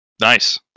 nice